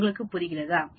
உனக்கு புரிகிறதா